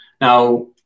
Now